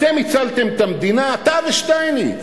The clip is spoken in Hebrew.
אתם הצלתם את המדינה, אתה ושטייניץ.